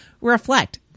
reflect